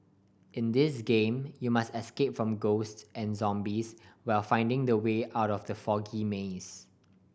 in this game you must escape from ghosts and zombies while finding the way out of the foggy maze